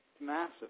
Massive